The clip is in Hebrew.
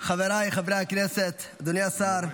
חבריי הכנסת, אדוני השר,